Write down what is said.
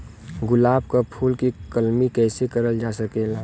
गुलाब क फूल के कलमी कैसे करल जा सकेला?